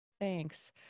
Thanks